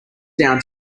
down